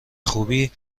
خوبی